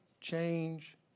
change